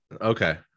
Okay